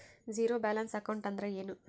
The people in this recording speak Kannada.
ಝೀರೋ ಬ್ಯಾಲೆನ್ಸ್ ಅಕೌಂಟ್ ಅಂದ್ರ ಏನು?